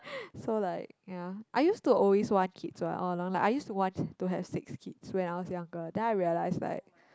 so like ya I used to always want kids one ah all along I used to want to have six kids when I was younger then I realized like